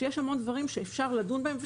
כשיש הרבה דברים שאפשר לדון בהם.